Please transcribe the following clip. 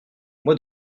mois